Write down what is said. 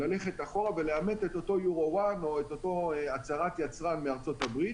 ללכת אחורה ולאמת את אותו EUR-1 או את אותה הצהרת יצרן מארצות-הברית